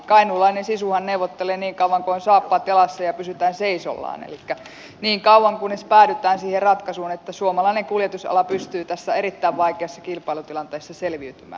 kainuulainen sisuhan neuvottelee niin kauan kuin on saappaat jalassa ja pysytään seisoallaan elikkä niin kauan kunnes päädytään siihen ratkaisuun että suomalainen kuljetusala pystyy tässä erittäin vaikeassa kilpailutilanteessa selviytymään